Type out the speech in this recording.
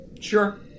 Sure